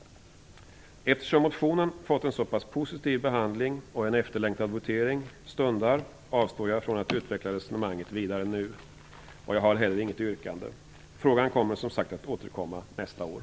Eftersom motionen fått en så pass positiv behandling och eftersom en efterlängtad votering stundar avstår jag från att nu utveckla resonemanget vidare. Jag har heller inget yrkande. Frågan återkommer, som sagt, nästa år.